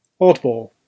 Oddball